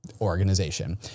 organization